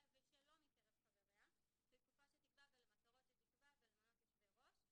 ושלא מקרב חבריה לתקופה שתקבע ולמטרות שתקבע ולמנות יושבי ראש.